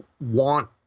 want